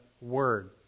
Word